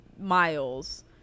Miles